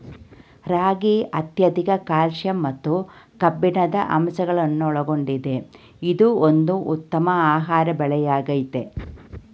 ರಾಗಿ ಅತ್ಯಧಿಕ ಕ್ಯಾಲ್ಸಿಯಂ ಮತ್ತು ಕಬ್ಬಿಣದ ಅಂಶಗಳನ್ನೊಳಗೊಂಡಿದೆ ಇದು ಒಂದು ಉತ್ತಮ ಆಹಾರ ಬೆಳೆಯಾಗಯ್ತೆ